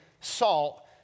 salt